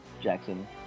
Jackson